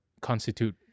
constitute